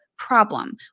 problem